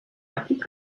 implique